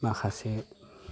माखासे